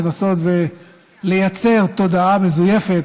לנסות ולייצר תודעה מזויפת,